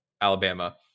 Alabama